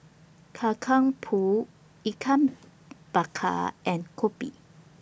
Kacang Pool Ikan Bakar and Kopi